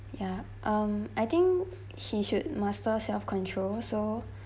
ya um I think he should master self control so